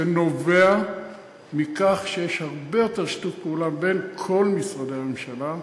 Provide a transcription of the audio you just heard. זה נובע מכך שיש הרבה יותר שיתוף פעולה בין כל משרדי הממשלה,